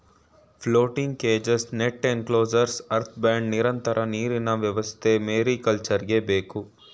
floating cages, net enclosures, earth bund, ನಿರಂತರ ನೀರಿನ ವ್ಯವಸ್ಥೆ ಮೇರಿಕಲ್ಚರ್ಗೆ ಬೇಕು